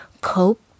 cope